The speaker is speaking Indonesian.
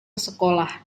sekolah